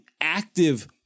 active